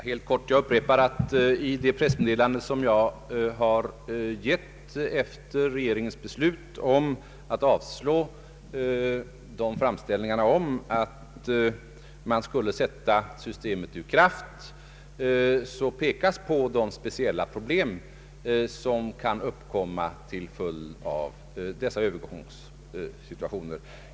Herr talman! Jag upprepar att i det pressmeddelande som jag har lämnat efter regeringens beslut att avslå framställningarna om att man skulle sätta systemet ur kraft, pekas på de speciella problem som kan uppkomma till följd av dessa övergångssituationer.